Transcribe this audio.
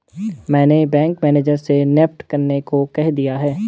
मैंने bank manager से NEFT करने को कह दिया है